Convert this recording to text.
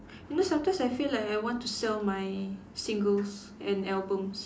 you know sometimes I feel like I want to sell my singles and albums